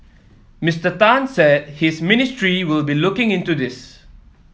Mister Tan said his ministry will be looking into this